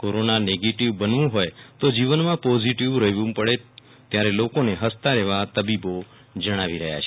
કોરોનાન negative બનવુ હોય તો જીવનમાં પોઝીટીવ રહેવુ પડે ત્યારે લોકોને હસતા રહેવા તબીબો જણાવી રહ્યા છે